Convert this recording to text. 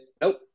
nope